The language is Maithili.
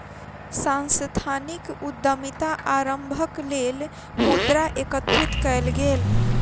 सांस्थानिक उद्यमिता आरम्भक लेल मुद्रा एकत्रित कएल गेल